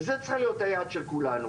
וזה צריך להיות היעד של כולנו.